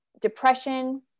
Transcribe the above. depression